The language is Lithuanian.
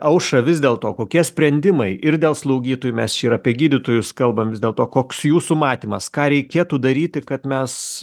aušra vis dėlto kokie sprendimai ir dėl slaugytojų mes čia ir apie gydytojus kalbam vis dėlto koks jūsų matymas ką reikėtų daryti kad mes